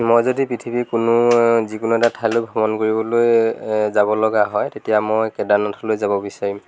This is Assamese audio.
মই যদি পৃথিৱীৰ কোনো যিকোনো এটা ঠাইলৈ ভ্ৰমণ কৰিবলৈ যাব লগা হয় তেতিয়া মই কেদাৰনাথলৈ যাব বিচাৰিম